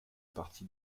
partie